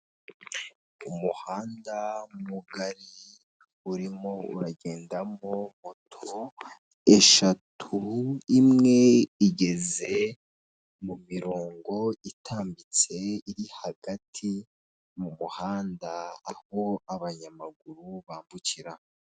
Ni umuhanda mugari urimo uragendamo moto eshatu, imwe igeze mu mirongo itambitse iri hagati mu muhanda aho abanyamaguru bambukira.